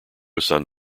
sun